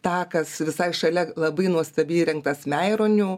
takas visai šalia labai nuostabiai įrengtas meironių